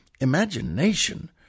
Imagination